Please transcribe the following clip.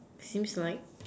seems like